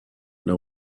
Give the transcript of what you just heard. know